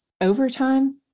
overtime